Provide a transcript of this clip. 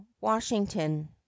Washington